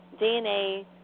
DNA